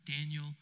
Daniel